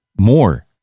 more